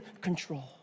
control